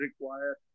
require